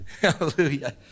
Hallelujah